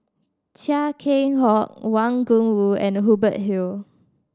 Chia Keng Hock Wang Gungwu and Hubert Hill